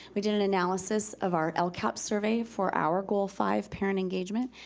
we did an analysis of our lcap survey for our goal five, parent engagement,